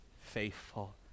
faithful